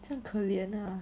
这样可怜 ah